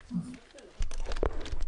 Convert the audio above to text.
הישיבה ננעלה בשעה 12:15.